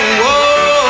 whoa